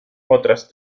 otras